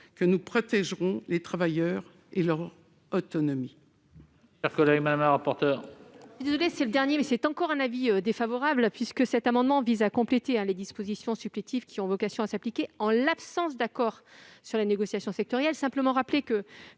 que nous protégerons les travailleurs et leur autonomie.